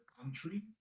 country